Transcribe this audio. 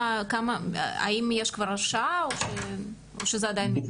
יש כבר הרשעה, או שזה עדיין מתנהל?